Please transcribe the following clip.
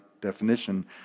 definition